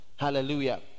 Hallelujah